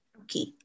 Okay